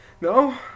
No